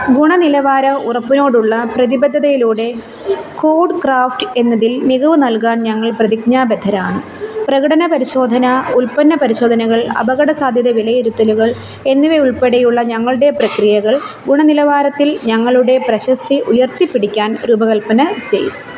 ഗുണനിലവാര ഉറപ്പിനോടുള്ള പ്രതിബദ്ധതയിലൂടെ കോഡ് ക്രാഫ്റ്റ് എന്നതിൽ മികവ് നൽകാൻ ഞങ്ങൾ പ്രതിജ്ഞാബദ്ധരാണ് പ്രകടന പരിശോധന ഉൽപ്പന്ന പരിശോധനകൾ അപകടസാധ്യത വിലയിരുത്തലുകൾ എന്നിവയുൾപ്പെടെയുള്ള ഞങ്ങളുടെ പ്രക്രിയകൾ ഗുണനിലവാരത്തിൽ ഞങ്ങളുടെ പ്രശസ്തി ഉയർത്തിപ്പിടിക്കാൻ രൂപകൽപ്പന ചെയ്